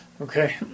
Okay